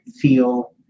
feel